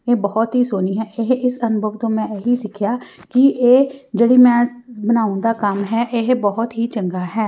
ਇਹ ਬਹੁਤ ਹੀ ਸੋਹਣੀ ਹੈ ਇਹ ਇਸ ਅਨੁਭਵ ਤੋਂ ਮੈਂ ਇਹੀ ਸਿੱਖਿਆ ਕਿ ਇਹ ਜਿਹੜੀ ਮੈਂ ਸ ਬਣਾਉਣ ਦਾ ਕੰਮ ਹੈ ਇਹ ਬਹੁਤ ਹੀ ਚੰਗਾ ਹੈ